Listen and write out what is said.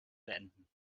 beenden